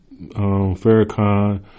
Farrakhan